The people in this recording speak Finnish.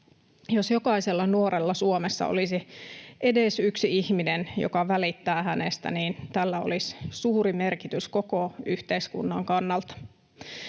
Jos jokaisella nuorella Suomessa olisi edes yksi ihminen, joka välittää hänestä, niin tällä olisi suuri merkitys koko yhteiskunnan kannalta.